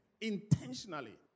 intentionally